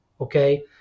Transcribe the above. okay